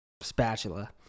spatula